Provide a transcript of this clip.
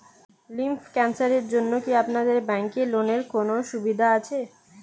Lymph ক্যানসারের জন্য কি আপনাদের ব্যঙ্কে লোনের কোনও সুবিধা আছে?